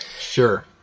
sure